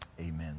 Amen